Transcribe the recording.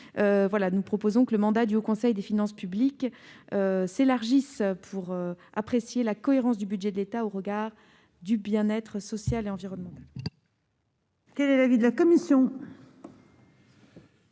Nous proposons que le mandat du Haut Conseil des finances publiques s'élargisse pour apprécier la cohérence du budget de l'État au regard du bien-être social et environnemental.